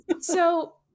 So-